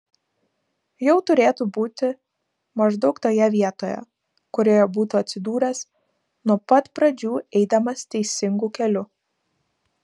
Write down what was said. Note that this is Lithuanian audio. jau turėtų būti maždaug toje vietoje kurioje būtų atsidūręs nuo pat pradžių eidamas teisingu keliu